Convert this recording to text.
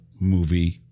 movie